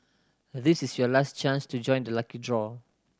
this is your last chance to join the lucky draw